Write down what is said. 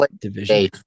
division